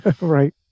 Right